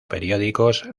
periódicos